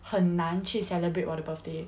很难去 celebrate 我的 birthday